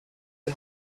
die